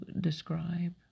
describe